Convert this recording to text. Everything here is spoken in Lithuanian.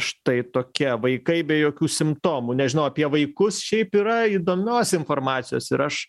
štai tokie vaikai be jokių simptomų nežinau apie vaikus šiaip yra įdomios informacijos ir aš